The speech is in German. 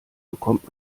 bekommt